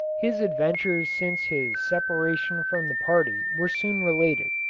his adventures since his separation from the party were soon related.